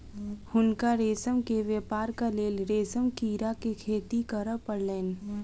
हुनका रेशम के व्यापारक लेल रेशम कीड़ा के खेती करअ पड़लैन